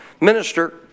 minister